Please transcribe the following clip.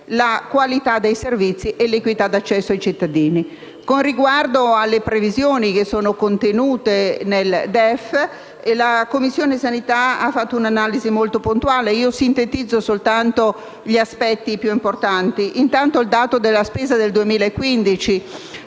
la qualità dei servizi e l'equità di accesso ai cittadini. Con riguardo alle previsioni contenute nel DEF, la Commissione sanità ha fatto un'analisi molto puntuale, di cui sintetizzo soltanto gli aspetti più importanti. Intanto il dato della spesa 2015,